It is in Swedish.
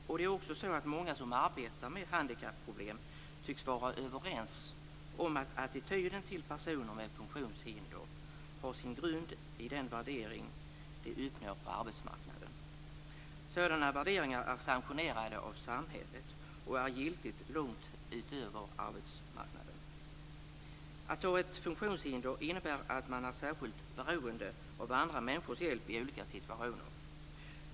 Och många som arbetar med handikapproblem tycks vara överens om att attityden till personer med funktionshinder har sin grund i den värdering som de får på arbetsmarknaden. Sådana värderingar är sanktionerade av samhället och är giltiga långt utanför arbetsmarknaden. Att ha ett funktionshinder innebär att man är särskilt beroende av andra människors hjälp i olika situationer.